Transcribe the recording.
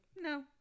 no